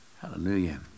Hallelujah